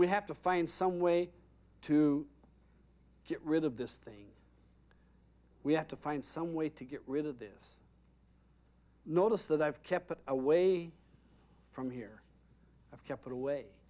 we have to find some way to get rid of this thing we have to find some way to get rid of this notice that i've kept away from here i've kept it away